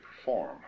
perform